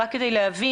רק כדי להבין,